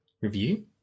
review